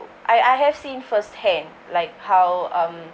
I I have seen first hand like how um